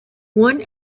one